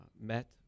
met